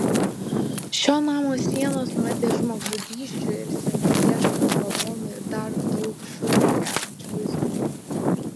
šio namo sienos matė ir žmogžudysčių ir seniai ieškomų lavonų ir dar daug šiurpą keliančių vaizdų